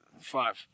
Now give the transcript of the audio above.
five